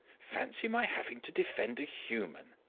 fancy my having to defend a human!